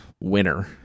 winner